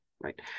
right